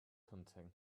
hunting